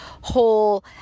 whole